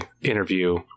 interview